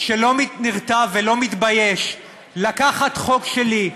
שלא נרתע ולא מתבייש לקחת חוק שלי,